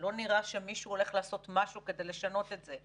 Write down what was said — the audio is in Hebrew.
ולא נראה שמישהו הולך לעשות משהו כדי לשנות את זה,